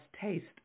taste